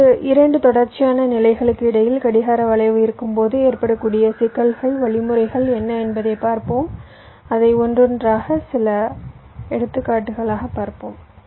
இப்போது 2 தொடர்ச்சியான நிலைகளுக்கு இடையில் கடிகார வளைவு இருக்கும்போது ஏற்படக்கூடிய சிக்கல்களின் வழிமுறைகள் என்ன என்பதைப் பார்ப்போம் அதை ஒவ்வொன்றாக சில எடுத்துக்காட்டுகளாகப் பார்ப்போம்